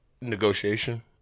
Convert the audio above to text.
negotiation